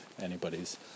anybody's